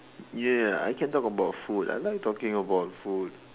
ya ya I can talk about food I like talking about food